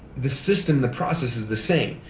the system, the process is the same.